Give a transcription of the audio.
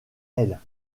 elle